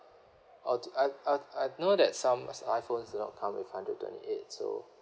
oh I I I know that some s~ iphones do not come with hundred twenty eight so